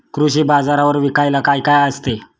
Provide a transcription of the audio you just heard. कृषी बाजारावर विकायला काय काय असते?